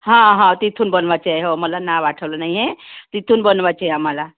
हां हा तिथून बनवायचे आहे हो मला ना आठवलं नाही आहे तिथून बनवायचे आहे आम्हाला